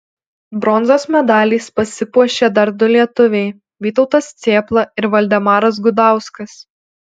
bronzos medaliais pasipuošė dar du lietuviai vytautas cėpla ir valdemaras gudauskas